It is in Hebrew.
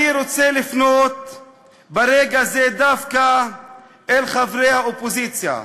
אני רוצה לפנות ברגע זה דווקא אל חברי האופוזיציה,